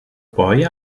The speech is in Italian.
poi